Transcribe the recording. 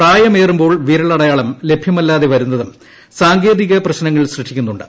പ്രായമേറുമ്പോൾ വിരലടയാളം ലഭൃമല്ലാതെ വരുന്നതും സാങ്കേതിക പ്രശ്നങ്ങൾ സൃഷ്ടിക്കുന്നുണ്ട്